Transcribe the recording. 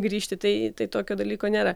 grįžti tai tai tokio dalyko nėra